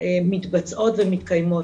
מתבצעות ומתקיימות.